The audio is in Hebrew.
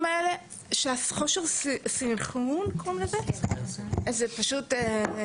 חוסר הסנכרון בין המנגנונים הוא פשוט יותר מדי.